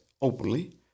openly